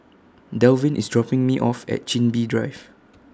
Dalvin IS dropping Me off At Chin Bee Drive